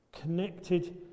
connected